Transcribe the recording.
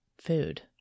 food